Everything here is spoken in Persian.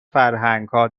فرهنگها